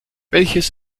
welches